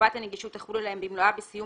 שחובת הנגישות תחול עליהם במלואה, בסיום